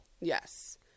Yes